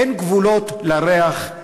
אין גבולות לריח,